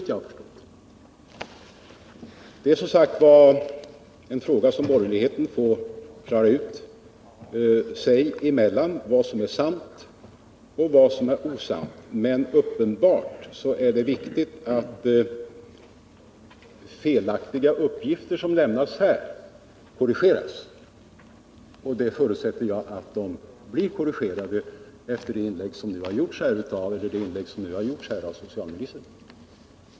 Frågan om vad som är sant och vad som är osant är som sagt någonting som de borgerliga får reda ut sig emellan. Men uppenbart är att det är viktigt att felaktiga uppgifter som lämnas här korrigeras. Jag förutsätter att de nu blir korrigerade, efter det inlägg som gjorts av socialministern.